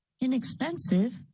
Inexpensive